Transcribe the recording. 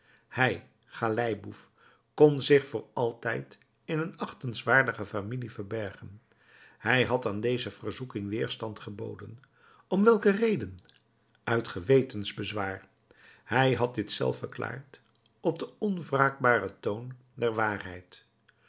hij galeiboef kon zich voor altijd in een achtenswaardige familie verbergen hij had aan deze verzoeking weerstand geboden om welke reden uit gewetensbezwaar hij had dit zelf verklaard op den onwraakbaren toon der waarheid